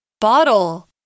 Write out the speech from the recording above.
Bottle